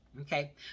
Okay